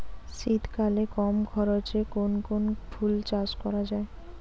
শীতকালে কম খরচে কোন কোন ফুল চাষ করা য়ায়?